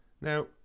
Now